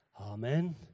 Amen